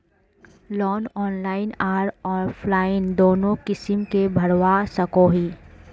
Loan online आर offline दोनों किसम के भरवा सकोहो ही?